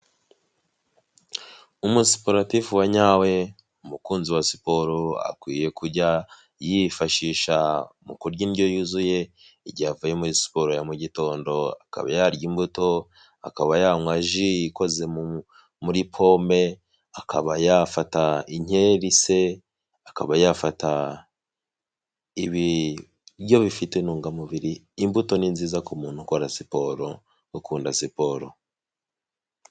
Umusiporatifu wanyawe, umukunzi wa siporo, akwiye kujya yifashisha mu kurya indyo yuzuye igihe avuye muri siporo ya mu gitondo, akaba yarya imbuto, akaba yanywa ji ikoze muri pome, akaba yafata inkeri se, akaba yafata ibiryo bifite intungamubiri, imbuto ni nziza ku muntu ukora siporo, ukunda siporo.